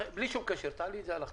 בלי קשר, תעלי את זה על הכתב.